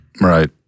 Right